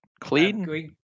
clean